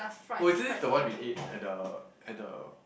oh is this the one we ate at the at the